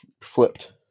flipped